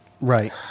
Right